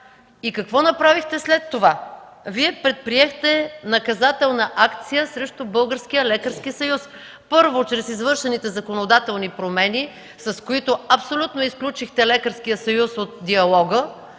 Какво направихте след това? Предприехте наказателна акция срещу Българския лекарски съюз, първо, чрез извършените законодателни промени, с които абсолютно изключихте Лекарският съюз от диалога